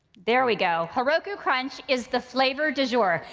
there we go, heroku crunch is the flavor de jour.